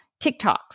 TikToks